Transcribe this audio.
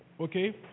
okay